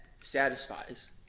satisfies